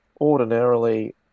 Ordinarily